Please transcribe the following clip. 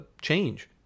change